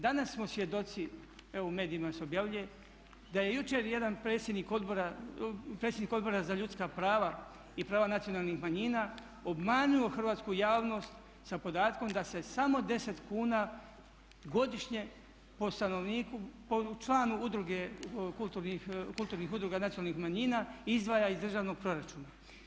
Dana smo svjedoci, evo u medijima se objavljuje da je jučer jedan predsjednik, predsjednik Odbora za ljudska prava i prava nacionalnih manjina obmanuo hrvatsku javnost sa podatkom da se samo 10 kuna godišnje po stanovniku, po članu udruge kulturnih udruga nacionalnih manjina izdvaja iz državnog proračuna.